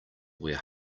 where